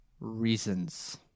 reasons